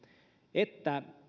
että